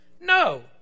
No